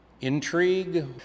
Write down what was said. intrigue